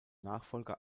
nachfolger